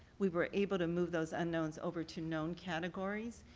we were able to move those unknowns over to known categories.